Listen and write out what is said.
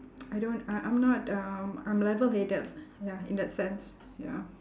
I don't uh I'm not um I'm level headed ya in that sense ya